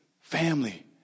family